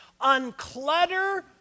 Unclutter